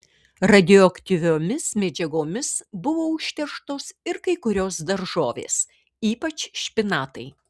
radioaktyviomis medžiagomis buvo užterštos ir kai kurios daržovės ypač špinatai